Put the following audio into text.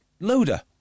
Loader